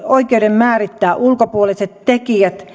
oikeuden määrittävät ulkopuoliset tekijät